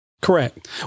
Correct